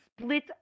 split